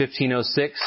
1506